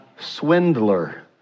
swindler